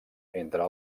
entre